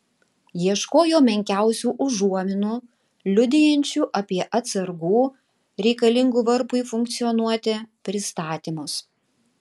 ieškojo menkiausių užuominų liudijančių apie atsargų reikalingų varpui funkcionuoti pristatymus